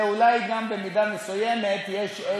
ואולי גם במידה מסוימת יש,